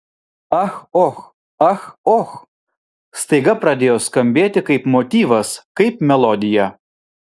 ach och ach och staiga pradėjo skambėti kaip motyvas kaip melodija